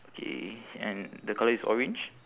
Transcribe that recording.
okay and the colour is orange